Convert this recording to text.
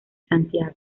santiago